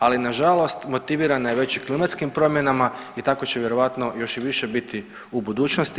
Ali na žalost motivirana je već i klimatskim promjenama i tako će vjerojatno još i više biti u budućnosti.